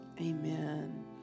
amen